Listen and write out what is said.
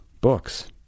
books